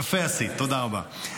יפה עשית, תודה רבה.